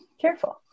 careful